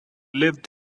lived